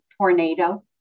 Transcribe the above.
tornado